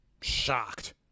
shocked